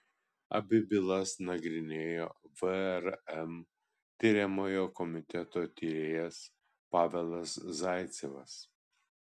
abi bylas nagrinėjo vrm tiriamojo komiteto tyrėjas pavelas zaicevas